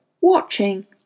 watching